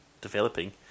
developing